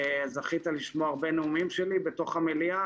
זכית לשמוע הרבה נאומים שלי בתוך המליאה,